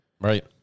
Right